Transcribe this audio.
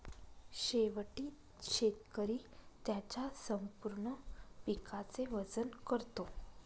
शेवटी शेतकरी त्याच्या संपूर्ण पिकाचे वजन करतो